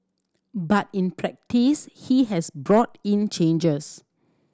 but in practice he has brought in changes